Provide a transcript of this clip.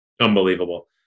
Unbelievable